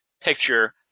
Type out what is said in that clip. picture